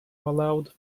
allowed